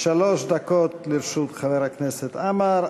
שלוש דקות לרשות חבר הכנסת עמאר.